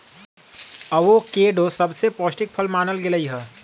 avocado सबसे पौष्टिक फल मानल गेलई ह